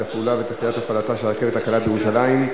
תפעולה ותחילת הפעלתה של הרכבת הקלה בירושלים,